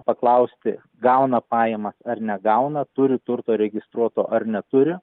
paklausti gauna pajamas ar negauna turi turto registruoto ar neturi